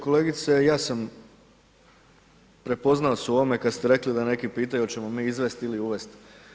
Kolegice i ja sam prepoznao se u ovome kad ste rekli da neki pitaju hoćemo mi izvesti ili uvesti.